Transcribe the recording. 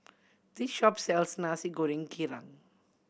this shop sells Nasi Goreng Kerang